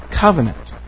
covenant